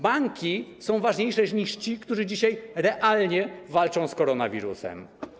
Banki są ważniejsze niż ci, którzy dzisiaj realnie walczą z koronawirusem.